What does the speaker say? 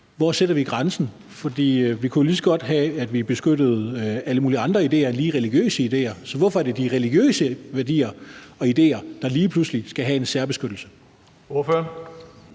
Hvor sætter vi grænsen? For vi kunne jo lige så godt have det sådan, at vi beskyttede alle mulige andre idéer end lige religiøse værdier, så hvorfor er det de religiøse værdier og idéer, der lige pludselig skal have en særbeskyttelse?